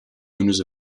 owners